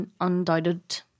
undoubted